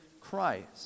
Christ